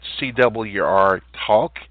CWRtalk